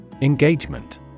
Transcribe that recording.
Engagement